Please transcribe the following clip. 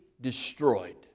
destroyed